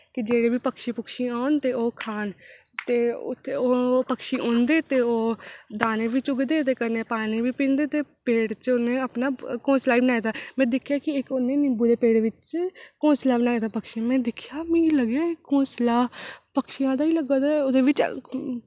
की जेह्ड़े बी पक्षी औन ते ओह् खान ते ओह् पक्षी औंदे ते ओह् कन्नै दाने बी चुगदे ते कन्नै पानी बी पींदे ते पेड़ च उ'नें अपना घौंसला बी बनाए दा में दिक्खेआ कि इक उ'नें नींबू दे पेड़ बिच घौंसला बनाए दा पक्षियों में दिक्खेआ ते मिगी लग्गेआ एह् घौंसला पक्षियें दा लग्गा दा ओह्दे बिच